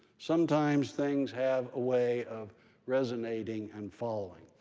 sometimes things have a way of resonating and following.